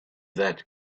that